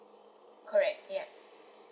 correct ya